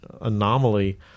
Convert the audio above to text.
anomaly